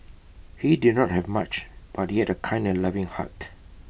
he did not have much but he had A kind and loving heart